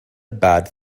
bad